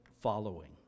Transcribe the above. following